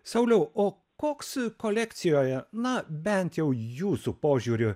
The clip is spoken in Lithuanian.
sauliau o koks kolekcijoje na bent jau jūsų požiūriu